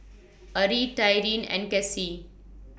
Ari Tyrin and Kasie